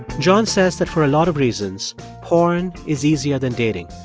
john says that for a lot of reasons porn is easier than dating.